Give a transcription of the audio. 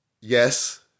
yes